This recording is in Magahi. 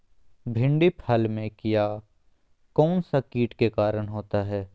भिंडी फल में किया कौन सा किट के कारण होता है?